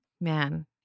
man